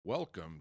Welcome